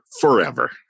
forever